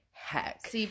Heck